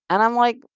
and i'm like,